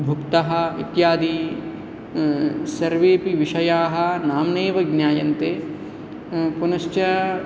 भुक्तः इत्यादि सर्वेऽपि विषयाः नाम्नैव ज्ञायन्ते पुनश्च